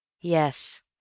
Yes